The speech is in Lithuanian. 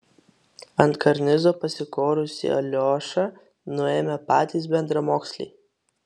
ant karnizo pasikorusį aliošą nuėmė patys bendramoksliai